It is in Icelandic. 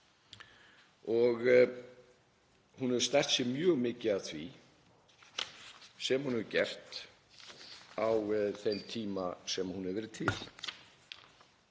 Hún hefur stært sig mjög mikið af því sem hún hefur gert á þeim tíma sem hún hefur verið til.